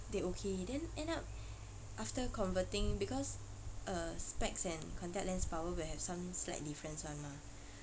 they okay then end up after converting because uh specs and contact lens power would have some slight difference [one] mah